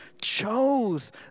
chose